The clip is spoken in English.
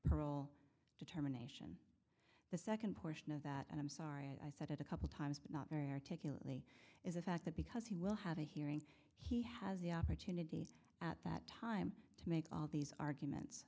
barrel determination the second portion of that and i'm sorry i said it a couple times but not very articulately is the fact that because he will have a hearing he has the opportunity at that time to make all these arguments